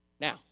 Now